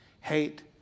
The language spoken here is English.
Hate